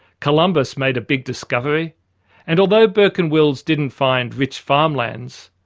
columbus made a big discovery and although burke and wills didn't find rich farmlands,